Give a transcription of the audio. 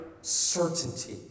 certainty